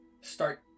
Start